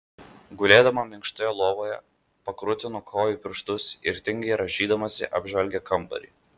gulėdama minkštoje lovoje pakrutino kojų pirštus ir tingiai rąžydamasi apžvelgė kambarį